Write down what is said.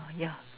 orh ya